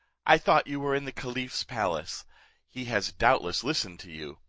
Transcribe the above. i thought you were in the caliph's palace he has doubtless listened to you.